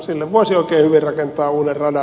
sinne voisi oikein hyvin rakentaa uuden radan